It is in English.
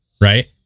Right